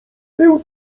był